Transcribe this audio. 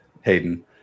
Hayden